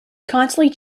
constantly